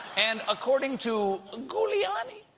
and according to giuliani,